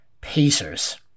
Pacers